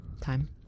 Time